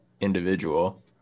individual